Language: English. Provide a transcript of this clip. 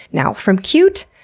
now from cute,